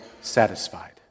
satisfied